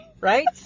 Right